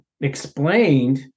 explained